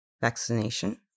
vaccination